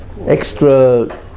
Extra